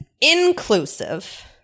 inclusive